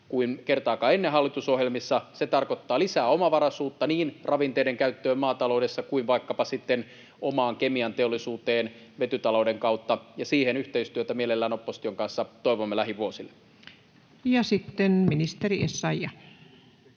kuin kertaakaan ennen hallitusohjelmissa. Se tarkoittaa lisää omavaraisuutta niin ravinteiden käyttöön maataloudessa kuin vaikkapa sitten omaan kemianteollisuuteen vetytalouden kautta, ja siihen yhteistyötä mielellään opposition kanssa toivomme lähivuosille. Sitten ministeri Essayah.